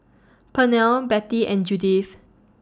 Pernell Betty and Judyth